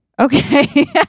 Okay